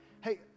Hey